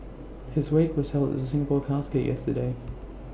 his wake was held at the Singapore casket yesterday